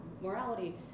morality